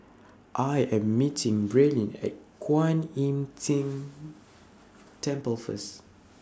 I Am meeting Braelyn At Kwan Im Tng Temple First